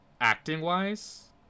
acting-wise